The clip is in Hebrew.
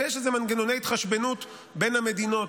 ויש מנגנוני התחשבנות בין המדינות,